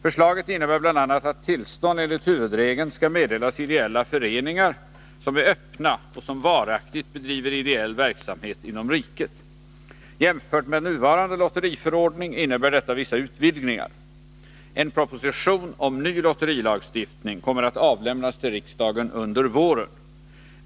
Förslaget innebär bl.a. att tillstånd enligt huvudregeln skall meddelas ideella föreningar som är öppna och som varaktigt bedriver ideell verksamhet inom riket. Jämfört med den nuvarande lotteriförordningen innebär detta vissa utvidgningar. En proposition om ny lotterilagstiftning kommer att avlämnas till riksdagen under våren.